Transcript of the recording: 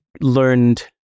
learned